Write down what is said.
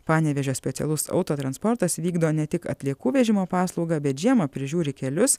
panevėžio specialus autotransportas vykdo ne tik atliekų vežimo paslaugą bet žiemą prižiūri kelius